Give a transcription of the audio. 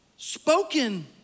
Spoken